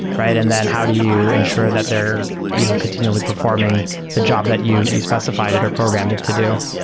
right? and then how do you ensure that they're you know continually performing the job that you you specifi ed it or programmed it to do.